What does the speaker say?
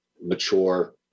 mature